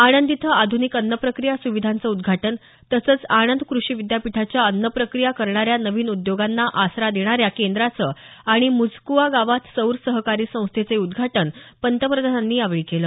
आणंद इथं आध्निक अन्नप्रक्रिया सुविधांचं उद्घाटन तसंच आणंद कृषी विद्यापिठाच्या अन्नप्रक्रिया करणाऱ्या नवीन उद्योगांना आसरा देणाऱ्या केंद्राचं आणि मुझ्कुवा गावात सौर सहकारी संस्थेचंही उद्घाटन पंतप्रधानांनी यावेळी केलं